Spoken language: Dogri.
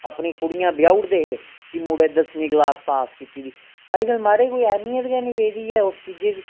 अपनी कुड़ियां ब्याहू उड़दे हे कि मुड़ा दसमीं क्लास पास कीती दी अज्जकल महाराज कोई ऐहमियत गै नी रेह्दी ऐ उस चीजै दी